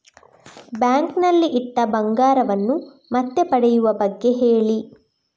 bank ನಲ್ಲಿ ಇಟ್ಟ ಬಂಗಾರವನ್ನು ಮತ್ತೆ ಪಡೆಯುವ ಬಗ್ಗೆ ಹೇಳಿ